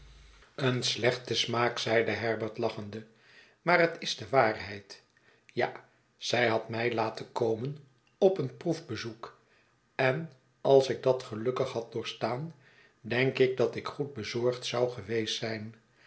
een slechte smaak zeide herbert lachende maar t is de waarheid ja zij had mij laten komen op een proetbezoek en als ik dat gelukkig had doorgestaan denk ik dat ik goed bezorgd zou geweest zijn